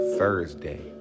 Thursday